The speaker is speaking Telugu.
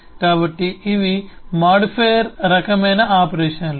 కాబట్టి ఇవి మాడిఫైయర్ రకమైన ఆపరేషన్లు